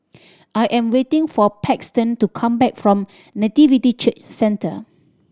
I am waiting for Paxton to come back from Nativity Church Centre